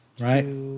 Right